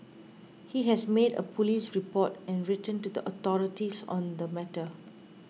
he has made a police report and written to the authorities on the matter